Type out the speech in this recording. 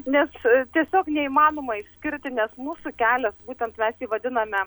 nes tiesiog neįmanoma išskirti nes mūsų kelias būtent mes jį vadiname